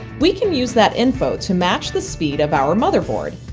we can use that info to match the speed of our motherboard.